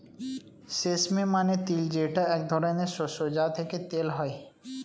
sesame মানে তিল যেটা এক ধরনের শস্য যা থেকে তেল হয়